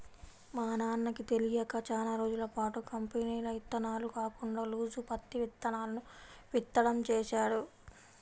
మా నాన్నకి తెలియక చానా రోజులపాటు కంపెనీల ఇత్తనాలు కాకుండా లూజు పత్తి ఇత్తనాలను విత్తడం చేశాడు